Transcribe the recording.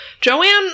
Joanne